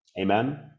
Amen